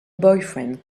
boyfriend